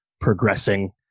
progressing